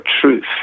truth